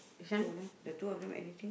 two of them the two of them anything